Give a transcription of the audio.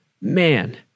man